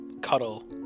cuddle